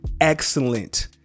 excellent